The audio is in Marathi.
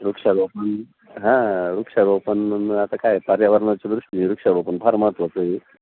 वृक्षारोपण हां वृक्षारोपण आता काय पर्यावरणाच्या दृष्टीनं वृक्षारोपण फार महत्त्वाचं आहे